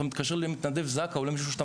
אתה מתקשר למתנדב זק"א או למישהו שאתה